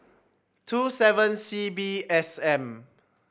two seven C B S M